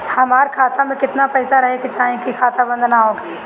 हमार खाता मे केतना पैसा रहे के चाहीं की खाता बंद ना होखे?